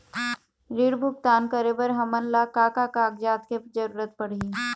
ऋण भुगतान करे बर हमन ला का का कागजात के जरूरत पड़ही?